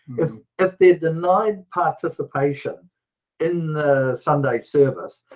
if if they're denied participation in the sunday service,